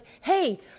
hey